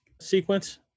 sequence